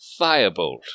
Firebolt